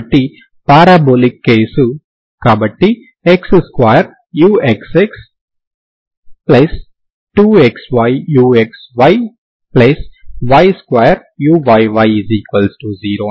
కాబట్టి parabolic case కాబట్టి x2uxx2xyuxyy2uyy0